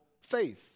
faith